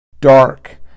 Dark